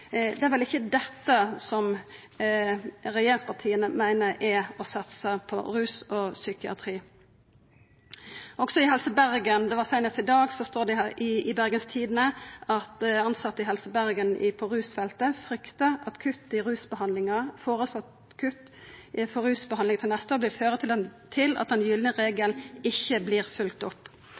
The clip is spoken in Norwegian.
Det er vel ikkje dette regjeringspartia meiner er å satsa på rus og psykiatri? Seinast i dag står det i Bergens Tidende at tilsette i Helse Bergen på rusfeltet fryktar at det føreslåtte kuttet innanfor rusbehandlinga neste år vil føra til at den gylne regel ikkje vert følgd opp.